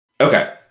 Okay